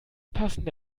passende